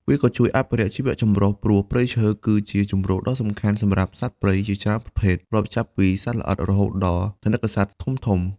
វាក៏ជួយអភិរក្សជីវៈចម្រុះ ព្រោះព្រៃឈើគឺជាជម្រកដ៏សំខាន់សម្រាប់សត្វព្រៃជាច្រើនប្រភេទ រាប់ចាប់ពីសត្វល្អិតរហូតដល់ថនិកសត្វធំៗ។